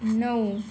नऊ